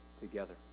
together